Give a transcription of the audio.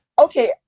Okay